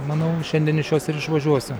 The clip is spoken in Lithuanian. manau šiandien iš jos ir išvažiuosiu